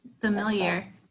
familiar